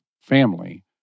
family